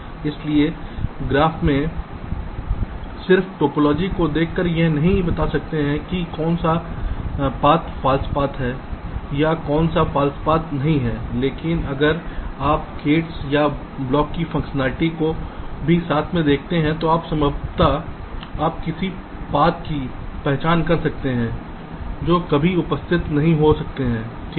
इसलिए ग्राफ में सिर्फ टोपोलॉजी को देखकर आप यह नहीं बता सकते हैं कि कौन सा रास्ता फॉल्स पाथ है या कौन सा फॉल्स पाथ नहीं है लेकिन अगर आप गेट्स या ब्लॉक की फंक्शनैलिटी को भी साथ में देखते हैं तो आप संभवतः आप कुछ पाथ की पहचान कर सकते हैं जो कभी उपस्थित नहीं हो सकते ठीक है